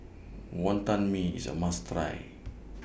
Wonton Mee IS A must Try